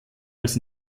als